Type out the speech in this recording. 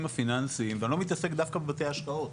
הפיננסים ואני לא מתעסק דווקא בבתי השקעות,